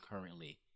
currently